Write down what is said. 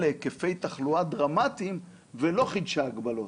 להיקפי תחלואה דרמטיים ולא חידשה הגבלות.